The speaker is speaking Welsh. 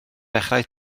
dechrau